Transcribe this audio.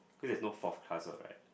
cause there's no forth class what right